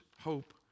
hope